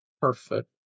perfect